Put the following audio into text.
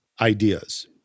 ideas